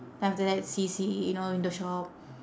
then after that see see you know in the shop